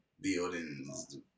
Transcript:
buildings